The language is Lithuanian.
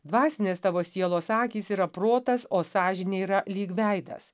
dvasinės tavo sielos akys yra protas o sąžinė yra lyg veidas